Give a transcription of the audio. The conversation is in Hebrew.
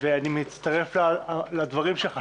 ואני מצטרף לדברים שלך,